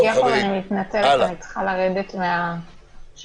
יעקב, אני מתנצלת, אני צריכה לרדת מהשידור.